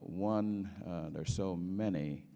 one there are so many